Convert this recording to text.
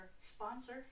sponsor